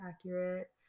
accurate